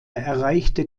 erreichte